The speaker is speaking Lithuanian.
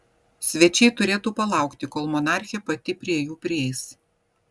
svečiai turėtų palaukti kol monarchė pati prie jų prieis